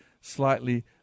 slightly